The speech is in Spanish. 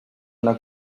una